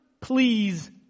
please